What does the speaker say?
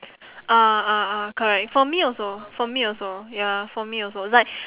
ah ah ah correct for me also for me also ya for me also it's like